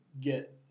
get